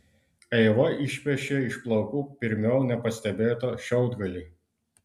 eiva išpešė iš plaukų pirmiau nepastebėtą šiaudgalį